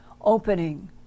opening